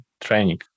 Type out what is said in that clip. training